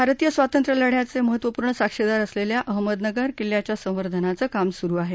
भारतीय स्वातंत्र्य लढ्याचा महत्त्वपूर्ण साक्षीदार असलेल्या अहमदनगर किल्ल्याच्या संवर्धनाच काम सुरु आहे